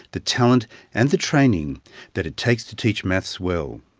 the talent and the training that it takes to teach maths well.